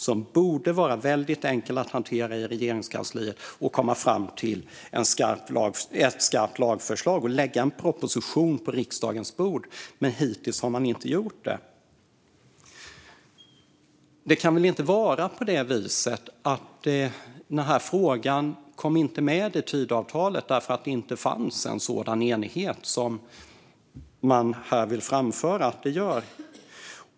Det borde vara väldigt enkelt att hantera den i Regeringskansliet, komma fram till ett skarpt lagförslag och lägga en proposition på riksdagens bord, men hittills har man inte gjort det. Det kan väl inte vara på det viset att den här frågan inte kom med i Tidöavtalet för att det inte fanns en sådan enighet som man här vill framföra att det gör?